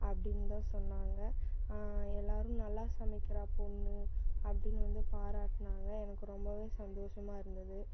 அப்படின்னு தான் சொன்னாங்க எல்லோரும் நல்லா சமைக்கிறாள் பெண்ணு அப்படின்னு வந்து பாராட்டினாங்க எனக்கு ரொம்பவே சந்தோஷமாக இருந்தது